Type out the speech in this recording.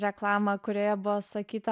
reklamą kurioje buvo sakyta